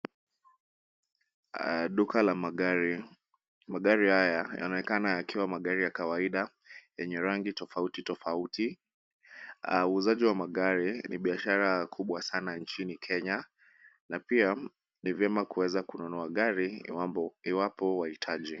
Duka la magari. Magari haya yanaonekana yakiwa magari ya kawaida yenye rangi tofauti tofauti. Uuzaji wa magari ni biashara kubwa sana nchini kenya na pia ni vyema kununua gari iwapo wahitaji.